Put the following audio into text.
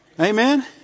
amen